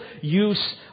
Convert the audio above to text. use